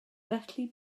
felly